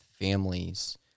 families